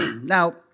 Now